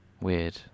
weird